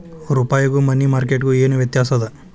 ರೂಪಾಯ್ಗು money market ಗು ಏನ್ ವ್ಯತ್ಯಾಸದ